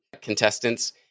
contestants